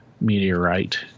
meteorite